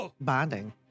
bonding